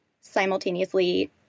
simultaneously